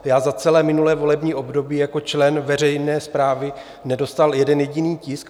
Já za celé minulé volební období jako člen veřejné správy nedostal jeden jediný tisk.